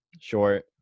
short